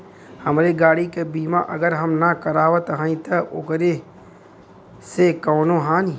हमरे गाड़ी क बीमा अगर हम ना करावत हई त ओकर से कवनों हानि?